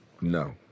No